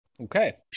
Okay